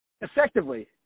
Effectively